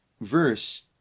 verse